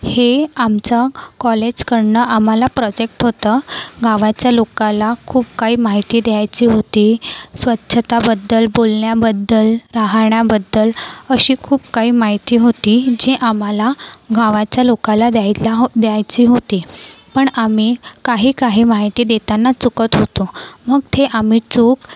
हे आमचं कॉलेजकडून आम्हाला प्रजेक्ट होतं गावाच्या लोकाला खूप काही माहिती द्यायची होती स्वच्छताबद्दल बोलण्याबद्दल राहण्याबद्दल अशी खूप काही माहिती होती जी आम्हाला गावाच्या लोकाला द्यायला हो द्यायची होती पण आम्ही काही काही माहिती देताना चुकत होतो मग ते आम्ही चूक